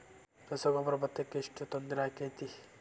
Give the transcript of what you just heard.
ರಸಗೊಬ್ಬರ, ಭತ್ತಕ್ಕ ಎಷ್ಟ ತೊಂದರೆ ಆಕ್ಕೆತಿ?